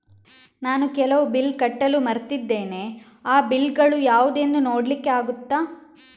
ನಾನು ಕೆಲವು ಬಿಲ್ ಕಟ್ಟಲು ಮರ್ತಿದ್ದೇನೆ, ಆ ಬಿಲ್ಲುಗಳು ಯಾವುದೆಂದು ನೋಡ್ಲಿಕ್ಕೆ ಆಗುತ್ತಾ?